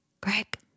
Greg